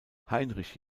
heinrich